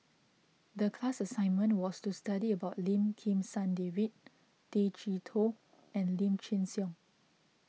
the class assignment was to study about Lim Kim San David Tay Chee Toh and Lim Chin Siong